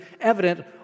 evident